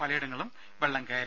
പലയിടങ്ങളിലും വെള്ളം കയറി